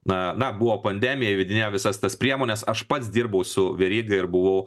na na buvo pandemija įvedinėjo visas tas priemones aš pats dirbau su veryga ir buvau